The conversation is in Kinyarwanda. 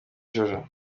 joro